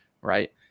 Right